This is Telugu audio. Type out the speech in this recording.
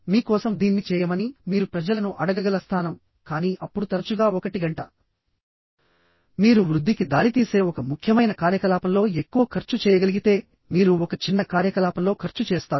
మీ కోసం దీన్ని చేయమని మీరు ప్రజలను అడగగల స్థానం కానీ అప్పుడు తరచుగా 1 గంట మీరు వృద్ధికి దారితీసే ఒక ముఖ్యమైన కార్యకలాపంలో ఎక్కువ ఖర్చు చేయగలిగితే మీరు ఒక చిన్న కార్యకలాపంలో ఖర్చు చేస్తారు